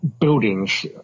buildings